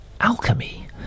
alchemy